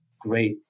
great